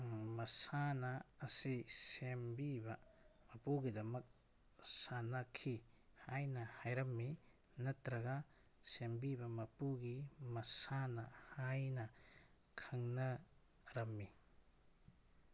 ꯃꯁꯥꯟꯅ ꯑꯁꯤ ꯁꯦꯝꯕꯤꯕ ꯃꯄꯨꯒꯤꯗꯃꯛ ꯁꯥꯟꯅꯈꯤ ꯍꯥꯏꯅ ꯍꯥꯏꯔꯝꯃꯤ ꯅꯠꯇ꯭ꯔꯒ ꯁꯦꯝꯕꯤꯕ ꯃꯄꯨꯒꯤ ꯃꯁꯥꯟꯅ ꯍꯥꯏꯅ ꯈꯪꯅꯔꯝꯃꯤ